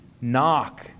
knock